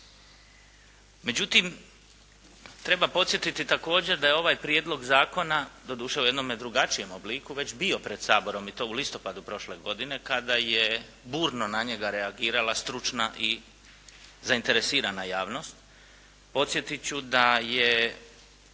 Međutim, treba podsjetiti također da je ovaj prijedlog zakona, doduše u jednome drugačijem obliku već bio pred Saborom i to u listopadu prošle godine kada je burno na njega reagirala stručna i zainteresirana javnost.